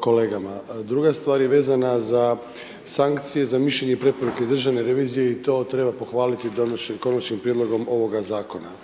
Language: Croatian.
kolegama. Druga stvar je vezana za sankcije za mišljenje i preporuke Državne revizije i treba pohvaliti donošenjem konačnim prijedlogom ovoga zakona.